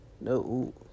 No